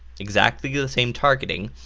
exactly the same targeting,